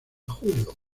julio